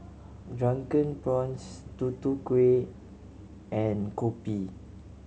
Drunken Prawns Tutu Kueh and kopi